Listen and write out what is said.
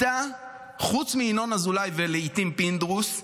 חוץ מינון אזולאי ולעיתים פינדרוס,